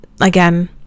again